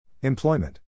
Employment